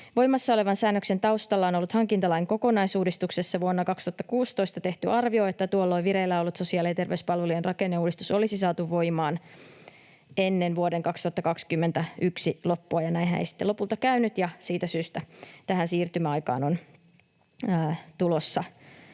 Voimassa olevan säännöksen taustalla on ollut hankintalain kokonaisuudistuksessa vuonna 2016 tehty arvio, että tuolloin vireillä ollut sosiaali- ja terveyspalvelujen rakenneuudistus olisi saatu voimaan ennen vuoden 2021 loppua. Näinhän ei sitten lopulta käynyt, ja siitä syystä tähän siirtymäaikaan on tulossa